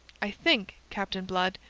i think, captain blood,